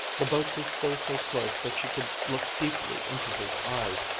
the boat was still so close that she could look deeply into his eyes.